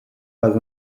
pas